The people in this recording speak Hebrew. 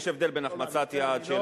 יש הבדל בין החמצת יעד של,